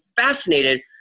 fascinated